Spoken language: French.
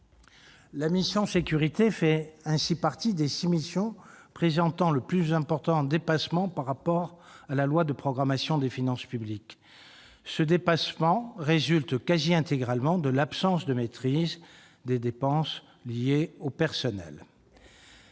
norme pilotable. Elle fait ainsi partie des six missions présentant le plus fort dépassement par rapport à la loi de programmation des finances publiques. Ce dépassement résulte presque intégralement de l'absence de maîtrise des dépenses liées au personnel.